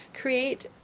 create